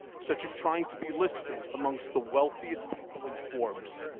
such as trying to be listed amongst the wealthiest people in forbes,